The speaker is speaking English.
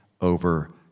over